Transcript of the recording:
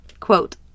Quote